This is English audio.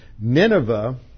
Nineveh